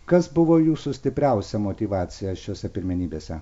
kas buvo jūsų stipriausia motyvacija šiose pirmenybėse